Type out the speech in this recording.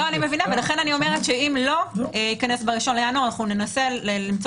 לכן אני אומרת שאם לא ייכנס ב-1.1 ננסה לעשות